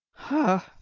ha!